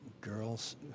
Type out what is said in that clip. girls